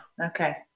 okay